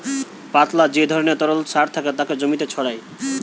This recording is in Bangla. পাতলা যে ধরণের তরল সার থাকে তাকে জমিতে ছড়ায়